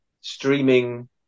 streaming